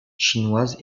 chinoise